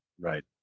Right